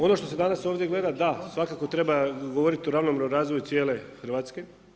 Ono što se danas ovdje gleda svakako treba govoriti o ravnomjernom razvoju cijele Hrvatske.